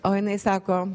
o jinai sako